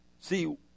See